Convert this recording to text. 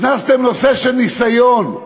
הכנסתם נושא של ניסיון,